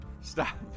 Stop